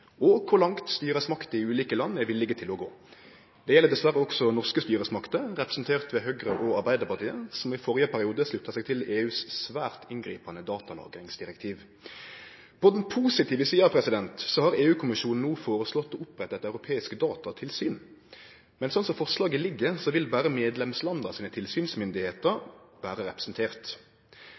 og om kor langt styresmaktene i ulike land er villige til å gå. Det gjeld dessverre også norske styresmakter, representert ved Høgre og Arbeidarpartiet, som i førre periode slutta seg til EUs svært inngripande datalagringsdirektiv. På den positive sida så har EU-kommisjonen no foreslått å opprette eit europeisk datatilsyn, men sånn som forslaget ligg, vil berre medlemslanda sine tilsynsmyndigheiter vere representerte. Korleis vil statsråden sikre at også Noreg blir representert